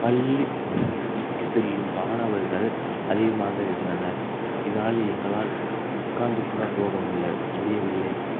பள்ளிக்கு செல்லும் மாணவர்கள் அதிகமாக இருந்தனர் இதனால் எங்களால் உட்காந்துக்கூட போக முடில முடியவில்லை